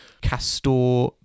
Castor